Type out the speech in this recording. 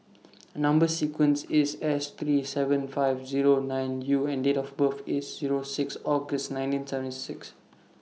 Number sequence IS S three seven five Zero nine U and Date of birth IS Zero six August nineteen seventy six